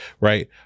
Right